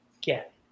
Get